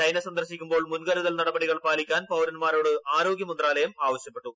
China സന്ദർശിക്കുമ്പോൾ മുൻകരുതൽ നടപടികൾ പാലിക്കാൻ പൌരന്മാരോട് ആരോഗ്യ മന്ത്രാലയം ആവശ്യപ്പെട്ടു